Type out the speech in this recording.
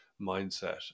mindset